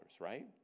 right